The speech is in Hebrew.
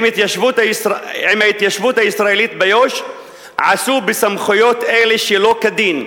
ההתיישבות הישראלית ביו"ש עשו בסמכויות אלה שלא כדין.